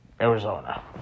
Arizona